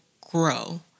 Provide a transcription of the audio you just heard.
grow